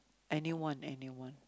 anyone anyone